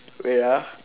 wait ah